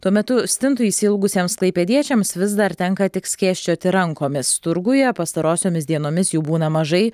tuo metu stintų išsiilgusiems klaipėdiečiams vis dar tenka tik skėsčioti rankomis turguje pastarosiomis dienomis jų būna mažai